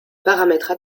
paramètres